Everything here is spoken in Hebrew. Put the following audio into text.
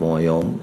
כמו היום,